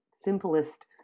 simplest